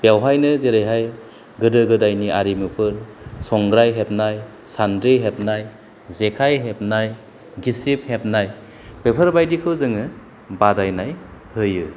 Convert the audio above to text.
बेवहायनो जेरैहाय गोदो गोदायनि आरिमुफोर संग्राय हेबनाय सान्द्रि हेबनाय जेखाय हेबनाय गिसिब हेबनाय बेफोरबायदिखौ जोङो बादायनाय होयो